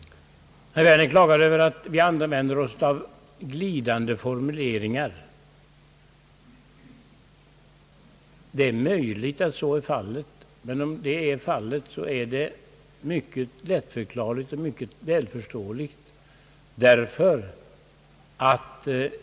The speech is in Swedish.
Herr Werner klagade över att vi använder oss av glidande formuleringar. Det är möjligt att så är fallet, men det är då mycket lättförklarligt och lättförståeligt.